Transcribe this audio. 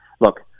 look